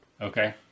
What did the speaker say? Okay